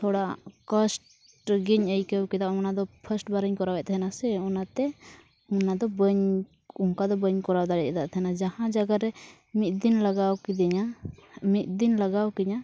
ᱛᱷᱚᱲᱟ ᱠᱚᱥᱴᱚᱜᱮᱧ ᱟᱹᱭᱠᱟᱹᱣ ᱠᱮᱫᱟ ᱚᱱᱟᱫᱚ ᱵᱟᱨᱤᱧ ᱠᱚᱨᱟᱣᱮᱫ ᱛᱟᱦᱮᱱᱟ ᱥᱮ ᱚᱱᱟᱛᱮ ᱚᱱᱟᱫᱚ ᱵᱟᱹᱧ ᱚᱱᱠᱟ ᱵᱟᱹᱧ ᱠᱚᱨᱟᱣ ᱫᱟᱲᱮᱭᱟᱫ ᱛᱟᱦᱮᱱᱟ ᱡᱟᱦᱟᱸ ᱡᱟᱭᱜᱟᱨᱮ ᱢᱤᱫ ᱫᱤᱱ ᱞᱟᱜᱟᱣ ᱠᱮᱫᱮᱧᱟ ᱢᱤᱫ ᱫᱤᱱ ᱞᱟᱜᱟᱣ ᱠᱤᱧᱟᱹ